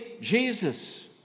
Jesus